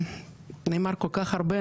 נאמר כל כך הרבה,